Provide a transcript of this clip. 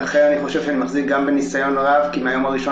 לכן אני חושב שאני מחזיק גם בניסיון רב כי מהיום הראשון